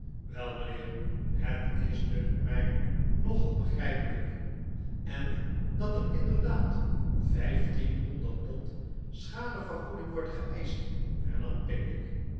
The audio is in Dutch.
wel mijnheer het is diinkt mij nogal begrijpelijk en dat er inderdaad vijftienhonderd pond schadevergoeding wordt geeischt hernam pickwick